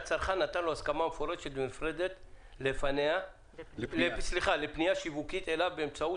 שהצרכן נתן לו הסכמה מפורשת ונפרדת לפנייה שיווקית אליו באמצעות